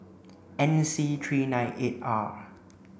N C three nine eight R